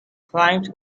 climbs